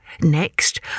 Next